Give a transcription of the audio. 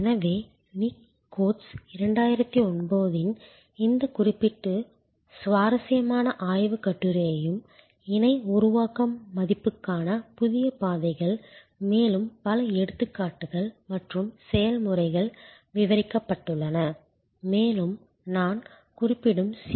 எனவே Nick Coates 2009 இன் இந்த குறிப்பிட்ட சுவாரஸ்யமான ஆய்வுக் கட்டுரையையும் இணை உருவாக்கம் மதிப்புக்கான புதிய பாதைகள் மேலும் பல எடுத்துக்காட்டுகள் மற்றும் செயல்முறைகள் விவரிக்கப்பட்டுள்ளன மேலும் நான் குறிப்பிடும் சி